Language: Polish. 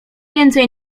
więcej